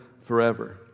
forever